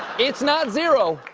it's not zero,